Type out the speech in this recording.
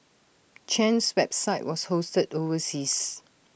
Chen's website was hosted overseas